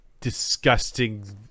disgusting